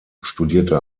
studierte